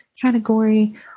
category